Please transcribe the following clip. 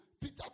Peter